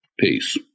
Peace